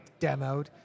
demoed